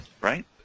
right